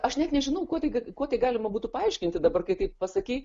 aš net nežinau kuo tai kuo galima būtų paaiškinti dabar kai taip pasakei